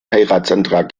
heiratsantrag